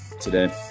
today